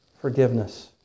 Forgiveness